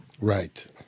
Right